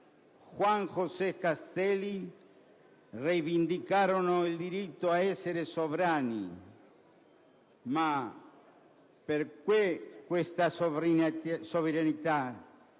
Juan José Castelli, rivendicarono il diritto ad essere sovrani. Ma perché questa sovranità